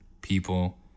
people